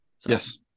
yes